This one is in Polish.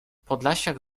podlasiak